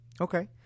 Okay